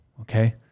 okay